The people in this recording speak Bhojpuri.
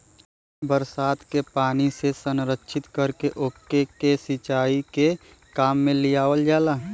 बरसात के पानी से संरक्षित करके ओके के सिंचाई के काम में लियावल जाला